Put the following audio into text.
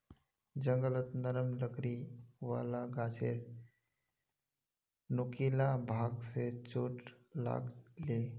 जंगलत नरम लकड़ी वाला गाछेर नुकीला भाग स चोट लाग ले